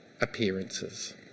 appearances